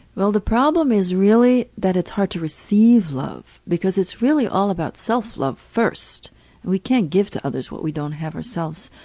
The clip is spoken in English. well the problem is really that it's hard to receive love because it's really all about self-love first. and we can't give to others what we don't have ourselves.